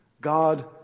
God